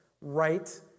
right